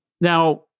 Now